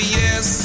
yes